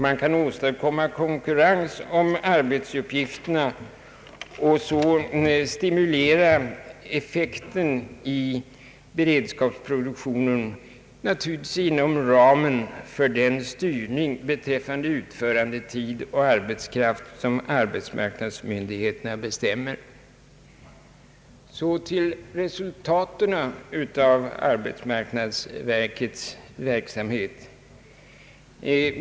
Man kan åstadkomma konkurrens om arbetsuppgifterna och så stimulera effekten i beredskapsproduktionen, naturligtvis inom Jag vill sedan något beröra resultaten av arbetsmarknadsverkets verksamhet.